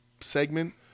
segment